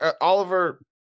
Oliver